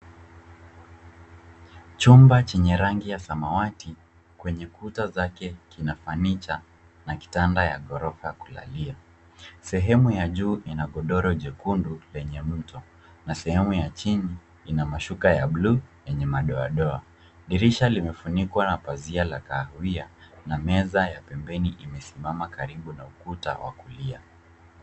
Chumba chenye rangi ya samawati kwenye kuta zake kina furniture na kitanda ya gorofa ya kulalia, sehemu ya juu ina godoro jekundu lenye mto na sehemu ya chini ina mashuka ya bluu yenye madoa doa. Dirisha limefunikwa na pazia la kahawia na meza ya pembeni imesimama karibu na ukuta wa kulia.